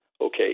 Okay